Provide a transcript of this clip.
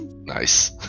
Nice